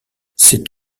c’est